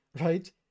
right